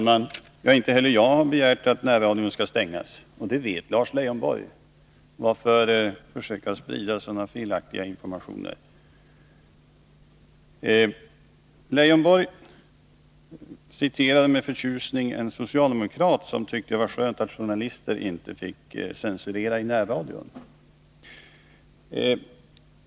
Herr talman! Inte heller jag har begärt att närradion skall stängas, och det vet Lars Lejonborg. Varför då försöka sprida sådana felaktiga informationer? Lars Lejonborg citerade med förtjusning en socialdemokrat som tyckte att det var skönt att journalisterna inte fick censurera i närradion.